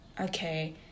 okay